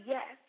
Yes